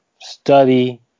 Study